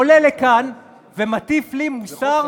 עולה לכאן ומטיף לי מוסר?